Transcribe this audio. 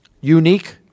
unique